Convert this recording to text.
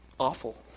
awful